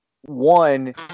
one